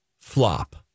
Flop